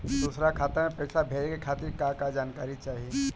दूसर खाता में पईसा भेजे के खातिर का का जानकारी चाहि?